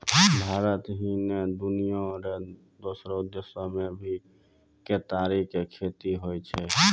भारत ही नै, दुनिया रो दोसरो देसो मॅ भी केतारी के खेती होय छै